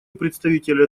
представителя